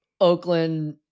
Oakland